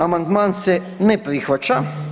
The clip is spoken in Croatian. Amandman se ne prihvaća.